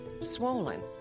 swollen